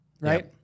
right